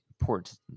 important